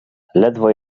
ledwo